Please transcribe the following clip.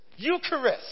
Eucharist